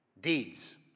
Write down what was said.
deeds